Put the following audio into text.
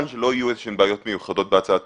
לא יהיו איזה שהן בעיות מיוחדות בהצעת